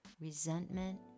resentment